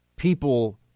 people